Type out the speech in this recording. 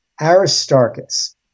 Aristarchus